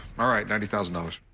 um all right. ninety thousand dollars.